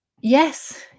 Yes